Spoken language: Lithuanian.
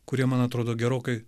kurie man atrodo gerokai